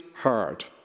hard